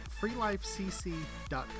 freelifecc.com